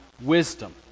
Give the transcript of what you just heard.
wisdom